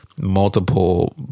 multiple